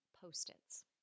post-its